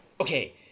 okay